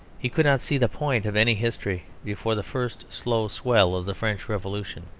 he could not see the point of any history before the first slow swell of the french revolution.